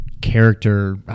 character